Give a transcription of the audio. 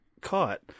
caught